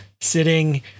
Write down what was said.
sitting